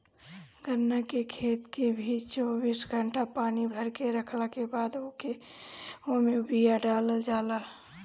गन्ना के खेत के भी चौबीस घंटा पानी भरके रखला के बादे ओमे बिया डालल जाला